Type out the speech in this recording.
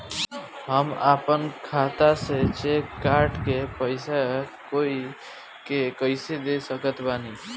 हम अपना खाता से चेक काट के पैसा कोई के कैसे दे सकत बानी?